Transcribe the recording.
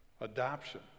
Adoption